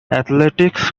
athletics